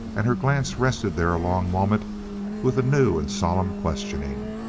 and her glance rested there a long moment with a new and solemn questioning.